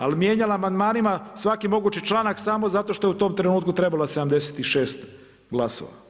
Ali mijenjala amandmanima svaki mogući članak samo zato što je u tom trenutku trebala 76 glasova.